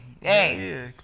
hey